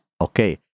Okay